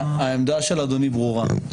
העמדה של אדוני ברורה.